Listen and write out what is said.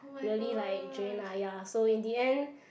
really like drained ah so in the end